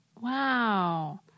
Wow